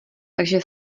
takže